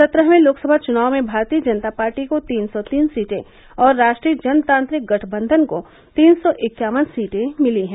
सत्रहवें लोकसभा चुनाव में भारतीय जनता पार्टी को तीन सौ तीन सीटें और राष्ट्रीय जनतांत्रिक गठबंधन को तीन सौ इक्यावन सीटें मिली हैं